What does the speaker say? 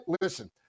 listen